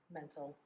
mental